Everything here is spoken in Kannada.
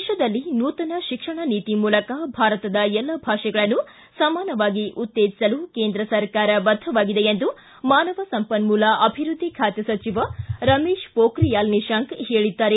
ದೇಶದಲ್ಲಿ ನೂತನ ಶಿಕ್ಷಣ ನೀತಿ ಮೂಲಕ ಭಾರತದ ಎಲ್ಲ ಭಾಷೆಗಳನ್ನು ಸಮಾನವಾಗಿ ಉತ್ತೇಜಿಸಲು ಕೇಂದ್ರ ಸರ್ಕಾರ ಬದ್ಧವಾಗಿದೆ ಎಂದು ಮಾನವ ಸಂಪನ್ಮೂಲ ಅಭಿವೃದ್ಧಿ ಖಾತೆ ಸಚಿವ ರಮೇಶ ಪೊಖ್ರಿಯಾಲ್ ನಿಶಾಂಕ ಹೇಳಿದ್ದಾರೆ